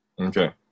okay